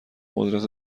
قدرت